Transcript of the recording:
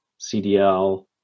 CDL